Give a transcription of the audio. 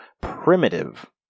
primitive